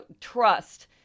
trust